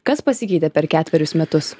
kas pasikeitė per ketverius metus